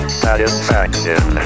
satisfaction